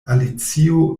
alicio